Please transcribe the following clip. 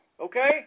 okay